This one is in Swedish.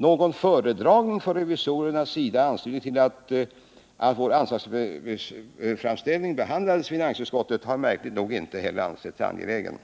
Någon föredragning från revisorernas sida i finansutskottet i anslutning till att vår anslagsframställning behandlades har märkligt nog inte heller ansetts angelägen.